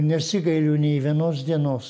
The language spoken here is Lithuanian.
nesigailiu nei vienos dienos